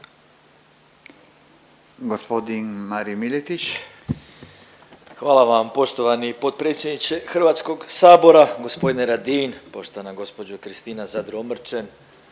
Hvala vam poštovani potpredsjedniče Hrvatskog sabora gospodine Radin, poštovana gospođo Kristina Zadro Omrčen,